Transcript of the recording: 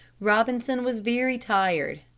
robinson was very tired.